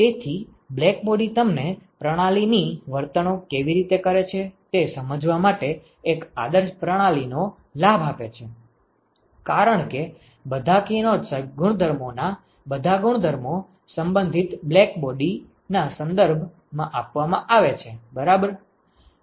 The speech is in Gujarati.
તેથી બ્લેકબોડી તમને પ્રણાલી ની વર્તણૂક કેવી રીતે કરે છે તે સમજવા માટે એક આદર્શ પ્રણાલી નો લાભ આપે છે કારણ કે બધા કિરણોત્સર્ગ ગુણધર્મો ના બધા ગુણધર્મો સંબંધિત બ્લેકબોડી ના સંદર્ભ માં માપવામાં આવે છે બરાબર